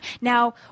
Now